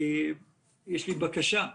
יש לי בקשה,